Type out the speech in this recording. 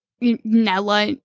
Nella